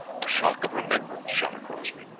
a shock of remembrance shot across me.